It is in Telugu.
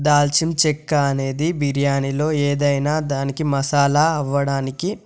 దాల్చిన చెక్క అనేది బిర్యానీలో ఏదైనా దానికి మసాలా అవ్వడానికి